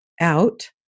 out